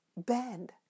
bend